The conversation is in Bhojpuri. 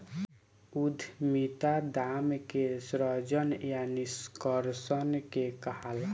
उद्यमिता दाम के सृजन या निष्कर्सन के कहाला